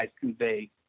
convey